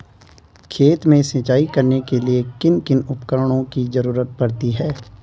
खेत में सिंचाई करने के लिए किन किन उपकरणों की जरूरत पड़ती है?